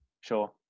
sure